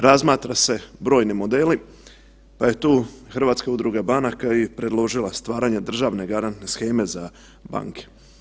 Razmatra se brojni modeli pa je tu Hrvatska udruga banaka i predložila stvaranje državne garantne sheme za banke.